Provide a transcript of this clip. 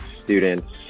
students